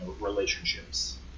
relationships